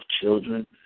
children